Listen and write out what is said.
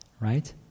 right